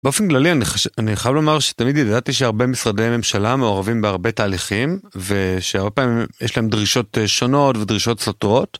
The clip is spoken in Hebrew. באופן כללי אני חייב לומר שתמיד ידעתי שהרבה משרדי ממשלה מעורבים בהרבה תהליכים ושהרבה פעמים יש להם דרישות שונות ודרישות סותרות.